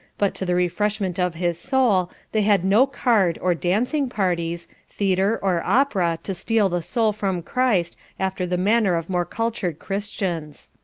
but to the refreshment of his soul, they had no card or dancing parties, theatre or opera to steal the soul from christ after the manner of more cultured christians.